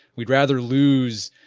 we'd rather lose,